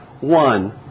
one